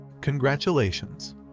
Congratulations